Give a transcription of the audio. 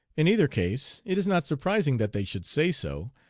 in either case, it is not surprising that they should say so,